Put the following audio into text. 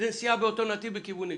זו נסיעה באותו נתיב בכיוון נגדי.